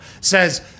says